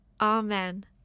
Amen